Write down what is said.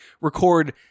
record